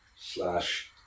slash